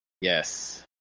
yes